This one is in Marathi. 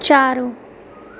चार